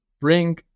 bring